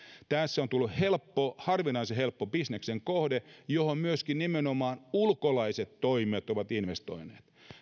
tästä on tullut harvinaisen helppo bisneksen kohde johon myöskin nimenomaan ulkolaiset toimijat ovat investoineet